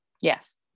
Yes